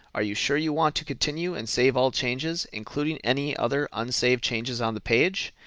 are you sure you want to continue and save all changes including any other unsaved changes on the page?